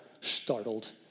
startled